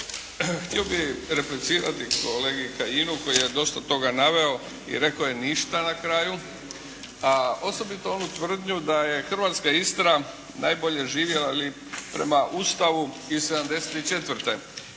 Htio bih replicirati kolegi Kajinu koji je dosta toga naveo i rekao je ništa na kraju, a osobito onu tvrdnju da je hrvatska Istra najbolje živjela prema Ustavu iz '74.